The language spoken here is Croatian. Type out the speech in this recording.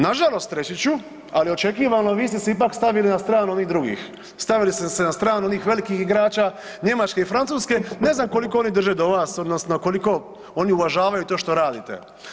Nažalost, reći ću ali očekivano vi ste se ipak stavili na stranu onih drugih, stavili ste se na stranu onih velikih igrača Njemačke i Francuske ne znam koliko oni drže do vas odnosno koliko oni uvažavaju to što radite.